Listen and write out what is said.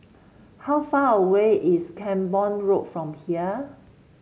how far away is Camborne Road from here